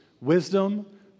Wisdom